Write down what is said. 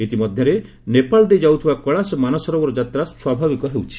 ଇତି ମଧ୍ୟରେ ନେପାଳ ଦେଇ ଯାଉଥିବା କେଳାଶ ମାନସରୋବର ଯାତ୍ରା ସ୍ୱାଭାବିକ ହେଉଛି